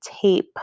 tape